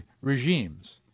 regimes